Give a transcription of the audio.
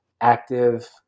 active